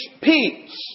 peace